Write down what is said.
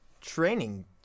training